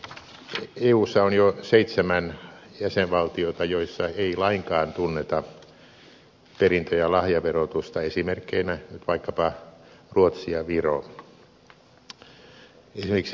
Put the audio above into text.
eussa on jo seitsemän jäsenvaltiota joissa ei lainkaan tunneta perintö ja lahjaverotusta esimerkkeinä nyt vaikkapa ruotsi ja viro